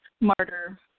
martyr